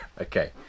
okay